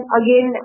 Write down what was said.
again